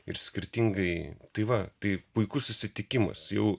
ir skirtingai tai va tai puikus susitikimas jau